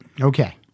Okay